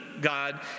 God